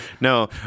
No